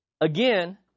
Again